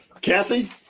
Kathy